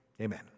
amen